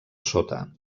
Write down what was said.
sota